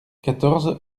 quatorze